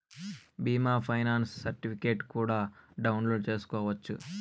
బీమా ఫైనాన్స్ సర్టిఫికెట్లు కూడా డౌన్లోడ్ చేసుకోవచ్చు